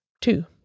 Two